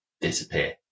disappear